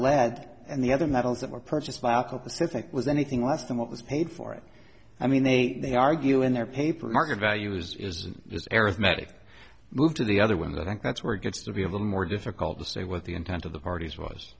lead and the other metals that were purchased by apple pacific was anything less than what was paid for it i mean they they argue in their paper market values is just arithmetic moved to the other women and that's where it gets to be a little more difficult to say what the intent of the parties was